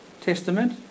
Testament